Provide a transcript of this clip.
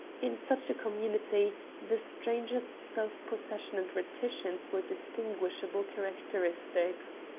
in such a community the stranger's self-possession and reticence were distinguishable characteristics.